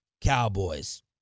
Cowboys